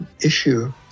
issue